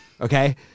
Okay